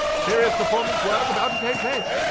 serious performance work about to take place.